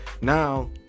Now